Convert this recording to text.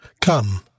Come